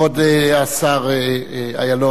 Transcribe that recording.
כבוד השר אילון.